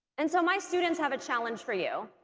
and so my students have a challenge for you